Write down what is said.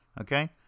okay